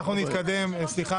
אנחנו נצביע